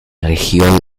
región